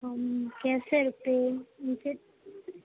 کیسے